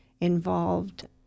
involved